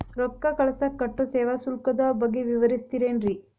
ರೊಕ್ಕ ಕಳಸಾಕ್ ಕಟ್ಟೋ ಸೇವಾ ಶುಲ್ಕದ ಬಗ್ಗೆ ವಿವರಿಸ್ತಿರೇನ್ರಿ?